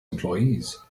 employees